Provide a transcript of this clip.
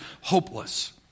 hopeless